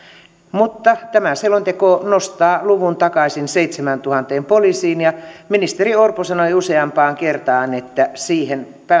mutta tämä selonteko nostaa luvun takaisin seitsemääntuhanteen poliisiin ja ministeri orpo sanoi useampaan kertaan että siihen